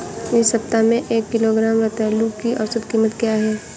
इस सप्ताह में एक किलोग्राम रतालू की औसत कीमत क्या है?